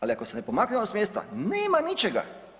Ali ako se ne pomaknemo s mjesta nema ničega.